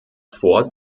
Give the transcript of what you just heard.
ford